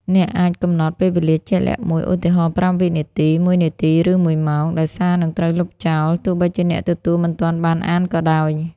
អ្នកអាចកំណត់ពេលវេលាជាក់លាក់មួយ (ឧទាហរណ៍ ៥ វិនាទី ១ នាទី ឬ ១ ម៉ោង) ដែលសារនឹងត្រូវលុបចោល ទោះបីជាអ្នកទទួលមិនទាន់បានអានក៏ដោយ។